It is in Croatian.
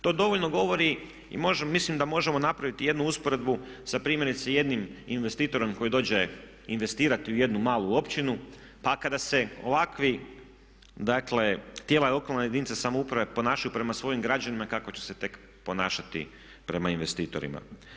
To dovoljno govori i mislim da možemo napraviti jednu usporedbu sa primjerice jednim investitorom koji dođe investirati u jednu malu općinu, pa kada se ovakvi, dakle tijela lokalne jedinice i samouprave ponašaju prema svojim građanima kako će se tek ponašati prema investitorima.